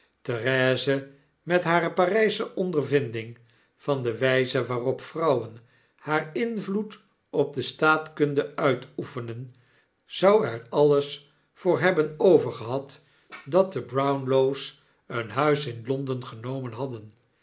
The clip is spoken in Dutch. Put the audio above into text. therese met hare parysche ondervinding van de wyze waarop vrouwen haar invloed op de staatkunde uitoefenen zou er alles voor hebben overgehad dat de brownlows een huis in londen genomen hadden